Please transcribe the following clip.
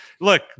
look